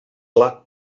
clar